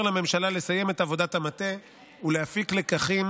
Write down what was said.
לממשלה לסיים את עבודת המטה ולהפיק לקחים